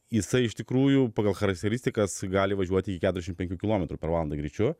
jisai iš tikrųjų pagal charakteristikas gali važiuoti keturiasdešimt penkių kilometrų per valandą greičiu